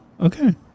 Okay